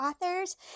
authors